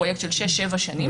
פרויקט של שש-שבע שנים,